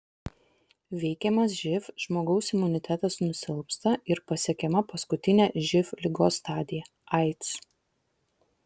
veikiamas živ žmogaus imunitetas nusilpsta ir pasiekiama paskutinė živ ligos stadija aids